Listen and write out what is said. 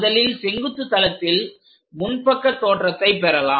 முதலில் செங்குத்து தளத்தில் முன்பக்க தோற்றத்தை பெறலாம்